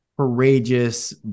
courageous